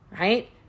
Right